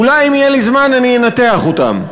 אולי, אם יהיה לי זמן, אני אנתח אותם.